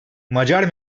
macar